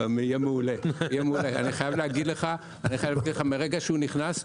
מרגע שהוא נכנס,